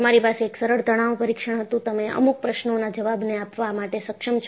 તમારી પાસે એક સરળ તણાવ પરીક્ષણ હતું તમે અમુક પ્રશ્નોના જવાબને આપવા માટે સક્ષમ છો